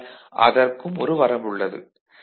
ஆனால் அதற்கும் ஒரு வரம்பு உள்ளது